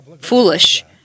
foolish